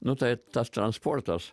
nu tai tas transportas